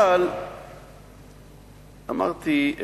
אבל אמרתי: